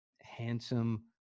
handsome